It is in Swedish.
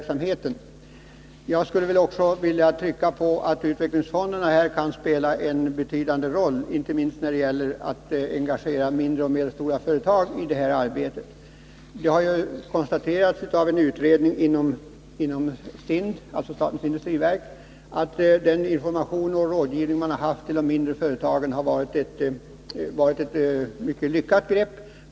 Samtidigt vill jag framhålla att utvecklingsfonderna här kan spela en betydande roll, inte minst när det gäller att engagera mindre och medelstora företag i arbetet. I en utredning som genomförts inom SIND, statens industriverk, har konstaterats att den information och rådgivning som verket stått för när det gäller de mindre företagen har varit ett mycket lyckat grepp.